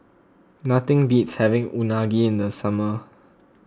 nothing beats having Unagi in the summer